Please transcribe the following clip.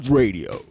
radio